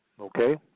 Okay